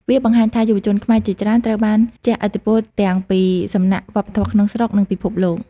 វាបង្ហាញថាយុវជនខ្មែរជាច្រើនត្រូវបានជះឥទ្ធិពលទាំងពីសំណាក់វប្បធម៌ក្នុងស្រុក និងពិភពលោក។